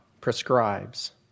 prescribes